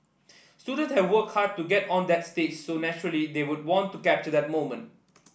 student have worked hard to get on that stage so naturally they would want to capture that moment